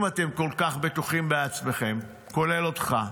אם אתם כל כך בטוחים בעצמכם, כולל אותך,